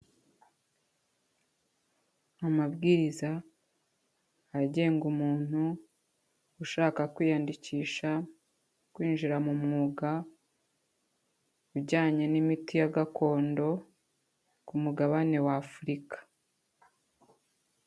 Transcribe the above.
Amabwiriza agenga umuntu ushaka kwiyandikisha, kwinjira mu mwuga ujyanye n'imiti ya gakondo ku mugabane w'Afurika.